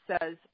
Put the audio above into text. says